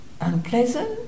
unpleasant